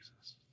Jesus